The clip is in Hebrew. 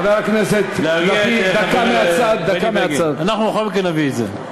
חבר הכנסת יאיר לפיד, אנחנו בכל מקרה נביא את זה.